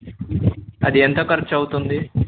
అది ఎంత ఖర్చు అవుతుంది